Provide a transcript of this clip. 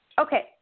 Okay